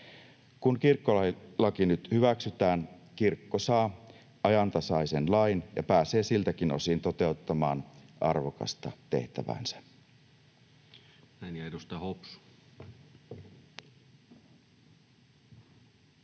Kun kirkkolaki nyt hyväksytään, kirkko saa ajantasaisen lain ja pääsee siltäkin osin toteuttamaan arvokasta tehtäväänsä. [Speech 245]